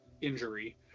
injury